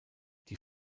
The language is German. die